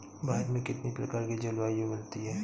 भारत में कितनी प्रकार की जलवायु मिलती है?